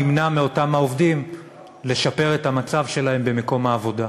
ימנע מאותם העובדים לשפר את מצבם במקום העבודה.